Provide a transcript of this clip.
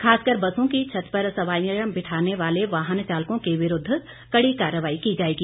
खासकर बसों की छत पर सवारियां बिठाने वाले वाहन चालकों के विरूद्ध कड़ी कार्रवाई की जाएगी